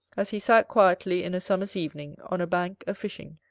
as he sat quietly, in a summer's evening, on a bank a-fishing.